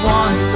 one